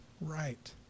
right